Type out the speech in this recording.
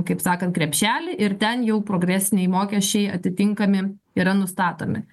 kaip sakant krepšelį ir ten jau progresiniai mokesčiai atitinkami yra nustatomi